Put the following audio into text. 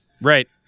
Right